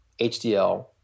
HDL